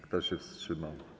Kto się wstrzymał?